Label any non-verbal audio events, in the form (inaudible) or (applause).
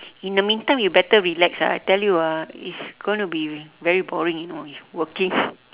in the meantime you better relax ah I tell you ah it's gonna be very boring you know working (laughs)